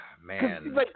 Man